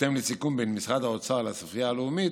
ובהתאם לסיכום בין משרד האוצר לספרייה הלאומית,